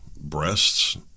breasts